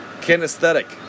Kinesthetic